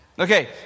Okay